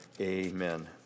Amen